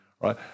Right